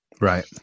Right